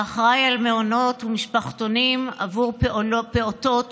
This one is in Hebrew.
האחראי למעונות ומשפחתונים עבור פעוטות